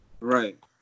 Right